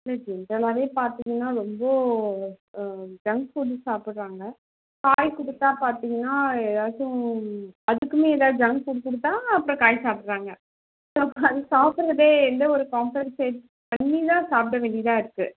இல்லை ஜென்ரலாகவே பார்த்தீங்கனா ரொம்ப ஜங்க் ஃபுட் சாப்பிட்றாங்க காய் கொடுத்தா பார்த்தீங்கனா ஏதாச்சும் அதுக்கும் ஏதாவது ஜங்க் ஃபுட் கொடுத்தா அப்புறோம் காய் சாப்பிட்றாங்க ஸோ அது சாப்பிட்றதே எந்த ஒரு காம்பன்சேட் பண்ணி தான் சாப்பிட வேண்டியதாக இருக்குது